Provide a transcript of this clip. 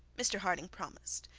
mr harding promised.